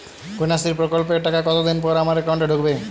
কন্যাশ্রী প্রকল্পের টাকা কতদিন পর আমার অ্যাকাউন্ট এ ঢুকবে?